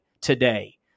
today